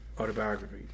autobiography